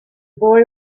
boy